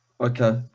Okay